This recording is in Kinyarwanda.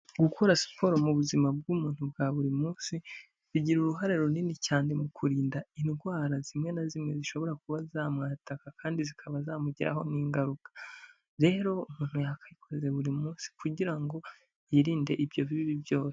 Gukora siporo mu buzima bw'umuntu bwa buri munsi, bigira uruhare runini cyane mu kurinda indwara zimwe na zimwe zishobora kuba zamwataka kandi zikaba zamugiraho n'ingaruka, rero umuntu yakayikoze buri munsi kugira ngo yirinde ibyo bibi byose.